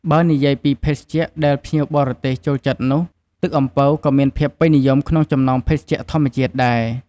បើនិយាយពីភេសជ្ជៈដែលភ្ញៀវបរទេសចូលចិត្តនោះ ទឹកអំពៅក៏មានភាពពេញនិយមក្នុងចំណោមភេសជ្ជៈធម្មជាតិដែរ។